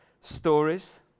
stories